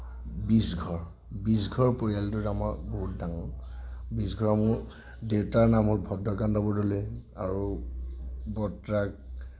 বিশঘৰ বিশঘৰ পৰিয়ালটোত আমাৰ বহুত ডাঙৰ বিশঘৰ আৰু মোৰ দেউতাৰ নাম হ'ল ভদ্ৰকান্ত বৰদলৈ আৰু বৰ্তাক